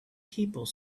people